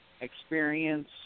experience